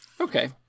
Okay